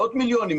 מאות מיליונים,